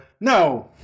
no